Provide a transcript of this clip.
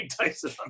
Tyson